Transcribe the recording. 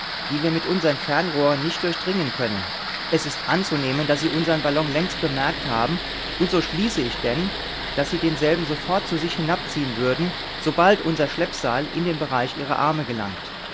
die wir mit unsern fernrohren nicht durchdringen können es ist anzunehmen daß sie unsern ballon längst bemerkt haben und so schließe ich denn daß sie denselben sofort zu sich hinabziehen würden sobald unser schleppseil in das bereich ihrer arme gelangt